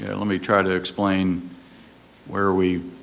yeah let me try to explain where we